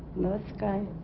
nice guy